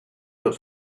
that